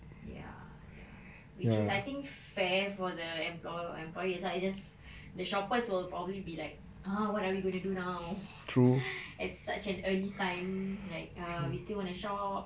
ya ya which is I think fair for the emplo~ employees ah it's just the shoppers will probably be like ah what are we going to do now at such an early time like uh we still want to shop